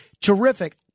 terrific